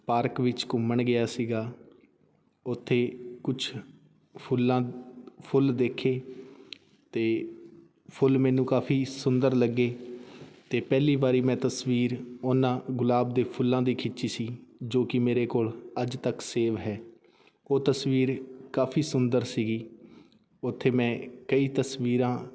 park ਵਿੱਚ ਘੁੰਮਣ ਗਿਆ ਸੀਗਾ ਉੱਥੇ ਕੁਛ ਫੁੱਲਾਂ ਫੁੱਲ ਦੇਖੇ ਅਤੇ ਫੁੱਲ ਮੈਨੂੰ ਕਾਫ਼ੀ ਸੁੰਦਰ ਲੱਗੇ ਅਤੇ ਪਹਿਲੀ ਵਾਰੀ ਮੈਂ ਤਸਵੀਰ ਉਹਨਾਂ ਗੁਲਾਬ ਦੇ ਫੁੱਲਾਂ ਦੀ ਖਿੱਚੀ ਸੀ ਜੋ ਕਿ ਮੇਰੇ ਕੋਲ ਅੱਜ ਤੱਕ ਸੇਵ ਹੈ ਉਹ ਤਸਵੀਰ ਕਾਫ਼ੀ ਸੁੰਦਰ ਸੀਗੀ ਉੱਥੇ ਮੈਂ ਕਈ ਤਸਵੀਰਾਂ